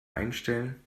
einstellen